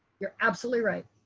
you're absolutely right.